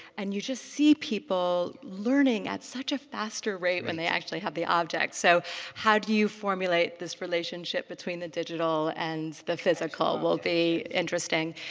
and you just see people learning at such a faster rate when they actually have the object. so how do you formulate this relationship between the digital and the physical will be interesting.